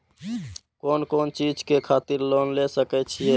कोन कोन चीज के खातिर लोन ले सके छिए?